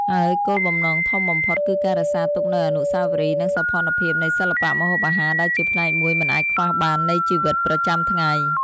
ហើយគោលបំណងធំបំផុតគឺការរក្សាទុកនូវអនុស្សាវរីយ៍ និងសោភ័ណភាពនៃសិល្បៈម្ហូបអាហារដែលជាផ្នែកមួយមិនអាចខ្វះបាននៃជីវិតប្រចាំថ្ងៃ។